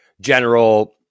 general